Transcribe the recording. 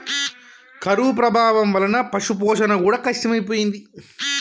కరువు ప్రభావం వలన పశుపోషణ కూడా కష్టమైపోయింది